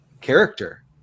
character